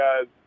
guys –